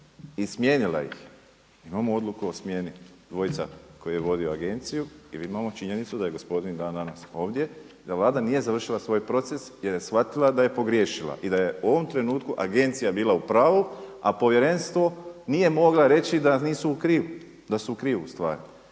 i smijenila ih, imamo odluku o smjeni dvojica koji je vodio agenciju i imamo činjenicu da je gospodin i dan danas ovdje i da Vlada nije završila svoj proces jer je shvatila da je pogriješila i da je u ovom trenutku agencija bila u pravu, povjerenstvu nije mogla reći da nisu u krivu, da su u krivu ustvari.